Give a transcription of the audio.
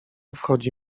wchodzi